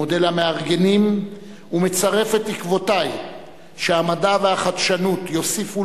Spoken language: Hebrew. מודה למארגנים ומצרף את תקוותי שהמדע והחדשנות יוסיפו